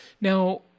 Now